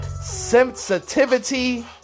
sensitivity